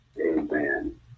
Amen